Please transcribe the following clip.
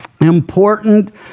important